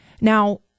Now